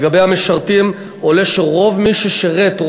לגבי המשרתים עולה שרוב מי ששירת,